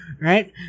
Right